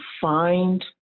find